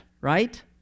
right